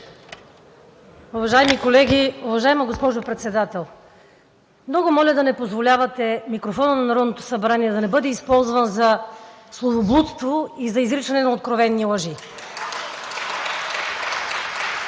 Уважаеми колеги, уважаема госпожо Председател! Много моля да не позволявате микрофонът на Народното събрание да бъде използван за словоблудство и за изричане на откровени лъжи.